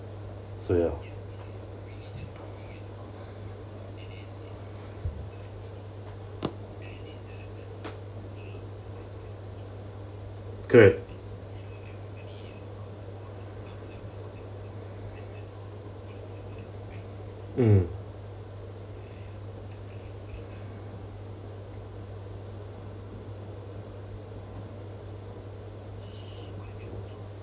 so ya correct mm